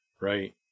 right